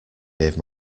gave